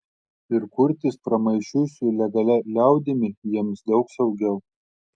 ir kurtis pramaišiui su legalia liaudimi jiems daug saugiau